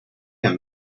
i’m